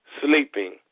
sleeping